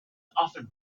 often